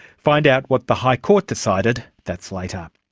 find out what the high court decided. that's later.